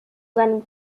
seinem